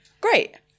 Great